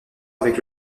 avec